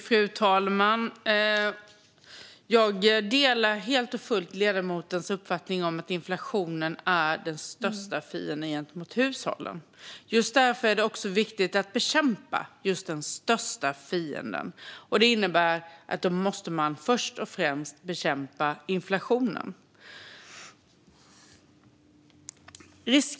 Fru talman! Jag delar helt och fullt ledamotens uppfattning om att inflationen är den största fienden gentemot hushållen. Därför är det också viktigt att bekämpa den största fienden. Det innebär att man först och främst måste bekämpa inflationen.